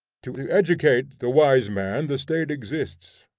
to educate the wise man the state exists,